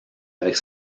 avec